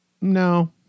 No